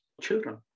children